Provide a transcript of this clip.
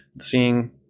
seeing